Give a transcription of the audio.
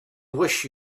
wish